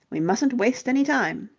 we mustn't waste any time.